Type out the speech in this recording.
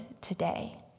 today